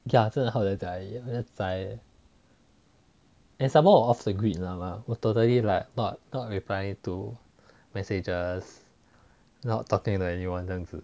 ya 真的好在家里 and some more 我 off the grid 我 totally like not not replying to messages not talking to anyone then